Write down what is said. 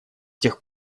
тех